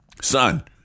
Son